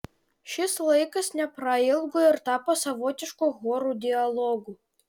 šis laikas neprailgo ir tapo savotišku chorų dialogu